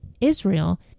Israel